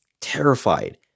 Terrified